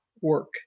work